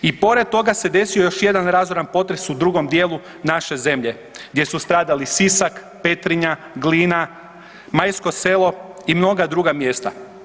I pored toga se desio još jedan razoran potres u drugom dijelu naše zemlje, gdje su stradali Sisak, Petrinja, Glina, Majsko selo i mnoga druga mjesta.